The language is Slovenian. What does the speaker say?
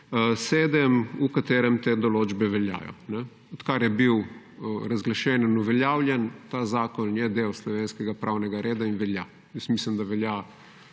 PKP-7, v katerem te določbe veljajo. Odkar je bil razglašen in uveljavljen ta zakon, je del slovenskega pravnega reda in velja. Jaz mislim, da velja